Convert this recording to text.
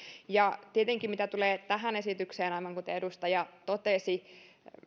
mitä tulee tähän esitykseen niin aivan kuten edustaja totesi tietenkin